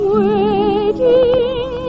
waiting